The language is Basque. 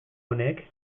honek